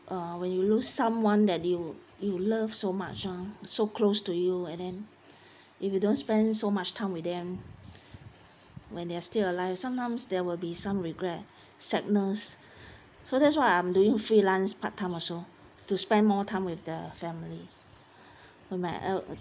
uh when you lose someone that you you love so much ah so close to you and then if you don't spend so much time with them when they are still alive sometimes there will be some regret sadness so that's why I'm doing freelance part time also to spend more time with the family when my help